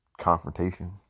confrontation